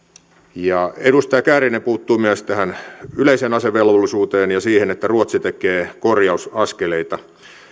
edustaja kääriäinen puuttui myös tähän yleiseen asevelvollisuuteen ja siihen että ruotsi tekee korjausaskeleita